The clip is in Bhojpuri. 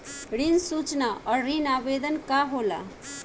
ऋण सूचना और ऋण आवेदन का होला?